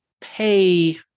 pay